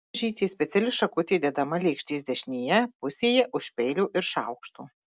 mažytė speciali šakutė dedama lėkštės dešinėje pusėje už peilio ir šaukšto